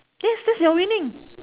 yes yes you're winning